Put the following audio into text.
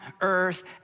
earth